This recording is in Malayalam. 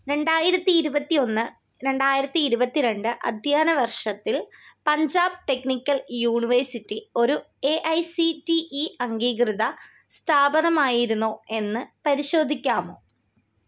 രണ്ടായിരത്തി ഇരുപത്തിയൊന്ന് രണ്ടായിരത്തി ഇരുപത്തിരണ്ട് അധ്യയന വർഷത്തിൽ പഞ്ചാബ് ടെക്നിക്കൽ യൂണിവേഴ്സിറ്റി ഒരു A I C T E അംഗീകൃത സ്ഥാപനമായിരുന്നോ എന്ന് പരിശോധിക്കാമോ